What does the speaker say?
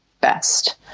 best